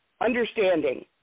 understanding